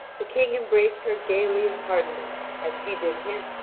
the king embraced her gaily and heartily as she did him,